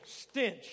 stench